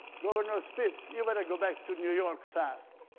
governor spitzer, you better go back to new york fast.